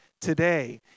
today